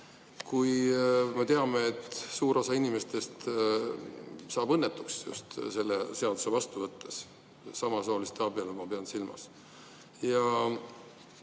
kui me teame, et suur osa inimestest saab õnnetuks just selle seaduse vastu võtmisel – samasooliste abielu ma pean silmas. Need